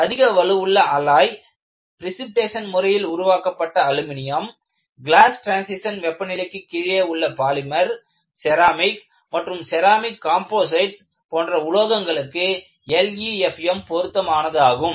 அதிக வலுவுள்ள alloy precipitation முறையில் உருவாக்கப்பட்ட அலுமினியம் கிளாஸ் ட்ரான்ஷிஷன் வெப்பநிலைக்கு கீழே உள்ள பாலிமர் செராமிக் மற்றும் செராமிக் கம்போசிட்ஸ் போன்ற உலோகங்களுக்கு LEFM பொருத்தமானதாகும்